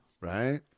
right